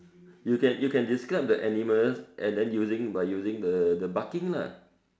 (uh huh) you can you can describe the animals and then using by using the the barking lah